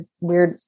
weird